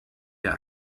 der